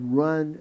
run